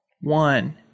one